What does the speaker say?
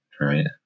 right